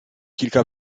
kilka